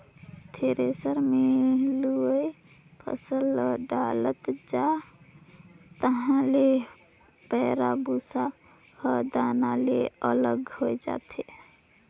thresher मे लुवय फसल ल डालत जा तहाँ ले पैराःभूसा हर दाना ले अलग हो जाथे